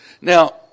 Now